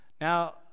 Now